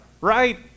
right